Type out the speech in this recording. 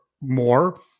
more